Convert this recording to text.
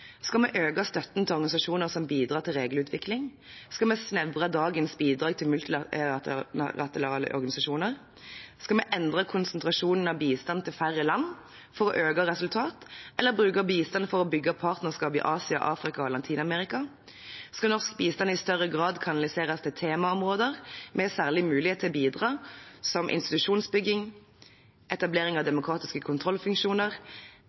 Skal vi øke støtten til organisasjoner som bidrar til regelutvikling? Skal vi snevre inn dagens bidrag til multilaterale organisasjoner? Skal vi endre konsentrasjonen av bistand til færre land for å øke resultatene, eller bruke bistand for å bygge partnerskap i Asia, Afrika og Latin-Amerika? Skal norsk bistand i større grad kanaliseres til temaområder vi har særlige muligheter til å bidra på, som institusjonsbygging, etablering av demokratiske kontrollfunksjoner